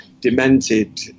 demented